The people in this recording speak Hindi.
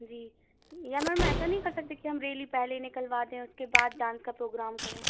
जी या मैम मै ऐसा नहीं कर सकते कि हम रेली पहले ये निकलवा दें उसके बाद डांस का पोग्राम करें